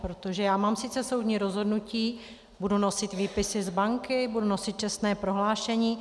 Protože já mám sice soudní rozhodnutí, budu nosit výpisy z banky, budu nosit čestné prohlášení...